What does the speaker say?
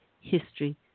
history